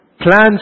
Plans